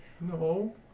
No